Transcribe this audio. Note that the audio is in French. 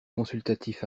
consultatif